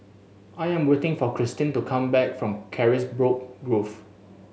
I'm waiting for Christene to come back from Carisbrooke Grove